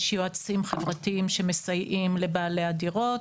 יש יועצים חברתיים שמסייעים לבעלי הדירות,